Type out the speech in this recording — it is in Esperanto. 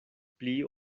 pli